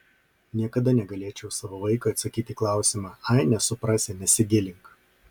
niekada negalėčiau savo vaikui atsakyti į klausimą ai nesuprasi nesigilink